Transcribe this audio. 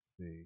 see